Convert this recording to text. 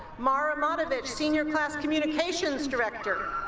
mara matovich, senior class communications director